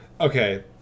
okay